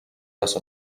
les